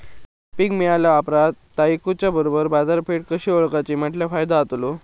पीक मिळाल्या ऑप्रात ता इकुच्या बरोबर बाजारपेठ कशी ओळखाची म्हटल्या फायदो जातलो?